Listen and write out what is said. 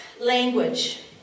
Language